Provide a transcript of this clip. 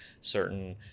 certain